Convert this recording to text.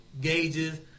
gauges